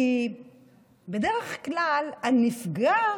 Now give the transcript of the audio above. כי בדרך כלל הנפגע,